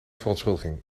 verontschuldiging